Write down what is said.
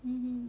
um